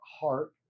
heart